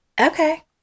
okay